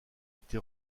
été